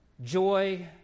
Joy